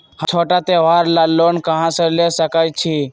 हम छोटा त्योहार ला लोन कहां से ले सकई छी?